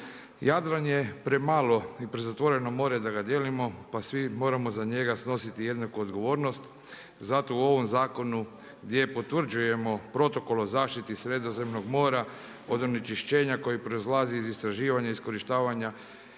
Jadran je premalo i prezatvoreno more da ga dijelimo pa svi moramo za njega snositi jednaku odgovornost. Zato u ovom zakonu gdje potvrđujemo Protokol o zaštiti Sredozemnog mora od onečišćenja koje proizlazi iz istraživanja i iskorištavanja